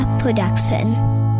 production